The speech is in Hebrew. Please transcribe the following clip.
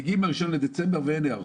אם מגיעים ל-1 בדצמבר ואין היערכות,